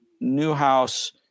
Newhouse